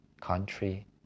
country